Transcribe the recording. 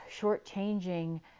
shortchanging